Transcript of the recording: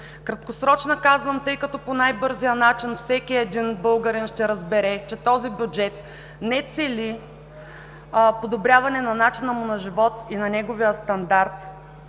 „краткосрочна“, тъй като по най-бързия начин всеки българин ще разбере, че този бюджет не цели подобряване на начина му на живот и на неговия стандарт